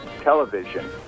television